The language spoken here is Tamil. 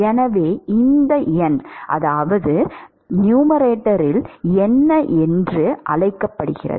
எனவே இந்த எண் என்ன என்று அழைக்கப்படுகிறது